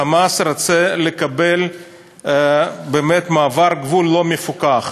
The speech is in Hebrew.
"חמאס" רוצה לקבל באמת מעבר גבול לא מפוקח,